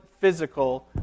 physical